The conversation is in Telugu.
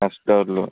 ఫస్ట్ ఫ్లోర్లో